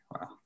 wow